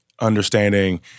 understanding